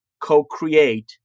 co-create